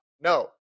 No